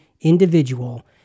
individual